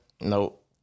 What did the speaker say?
Nope